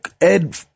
Ed